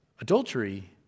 Adultery